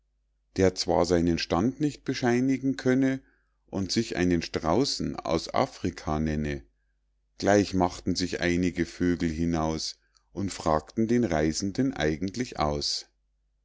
der zwar seinen stand nicht bescheinigen könne und sich einen straußen aus afrika nenne gleich machten sich einige vögel hinaus und fragten den reisenden eigentlich aus